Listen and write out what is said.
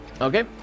Okay